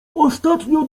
ostatnio